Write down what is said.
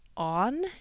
on